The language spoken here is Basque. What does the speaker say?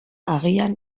agian